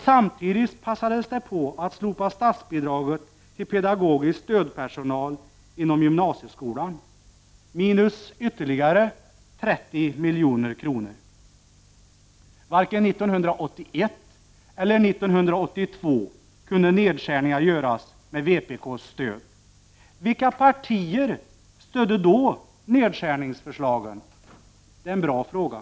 Samtidigt passades det på att slopa statsbidragen till pedagogisk stödpersonal inom gymnasieskolan — minus ytterligare 30 milj.kr. Varken 1981 eller 1982 kunde nedskärningar göras med vpk:s stöd. Vilka partier stödde då nedskärningsförslagen? Det är en bra fråga.